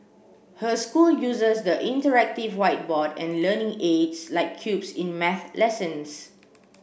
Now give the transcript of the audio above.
her school uses the interactive whiteboard and learning aids like cubes in math lessons